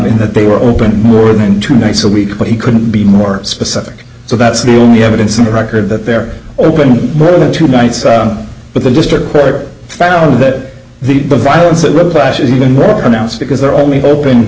in that they were open more than two nights a week but he couldn't be more specific so that's the only evidence in the record that they're open more than two nights but the district court found that the violence it really bash is even more pronounced because they're only open